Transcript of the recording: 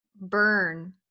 burn